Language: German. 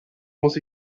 muss